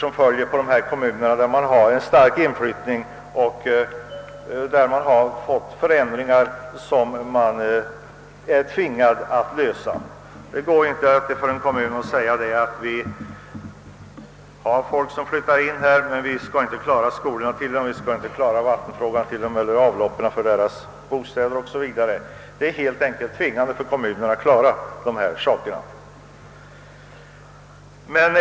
Det gäller här kommuner där det förekommer en stark inflyttning vilken medför problem som man är tvingad att lösa. Det går inte för en kommun att säga, att visserligen flyttar folk in till kommunen, men vi har ej medel att ordna med skolor för de inflyttades barn eller vatten och avlopp för deras bostäder. Kommunerna är helt enkelt tvingade att klara av sådana saker.